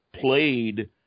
played